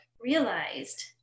realized